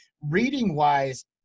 Reading-wise